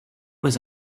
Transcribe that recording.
was